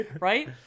right